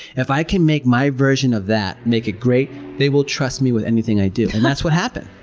if i can make my version of that, make it great, they will trust me with anything i do, and that's what happened!